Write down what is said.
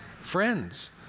Friends